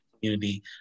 community